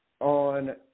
on